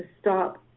stop